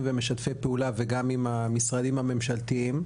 ומשתפי פעולה גם עם המשרדים הממשלתיים,